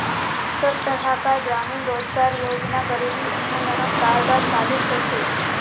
सब तरह कार ग्रामीण रोजगार योजना गरीबी उन्मुलानोत कारगर साबित होछे